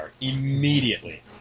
immediately